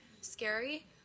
scary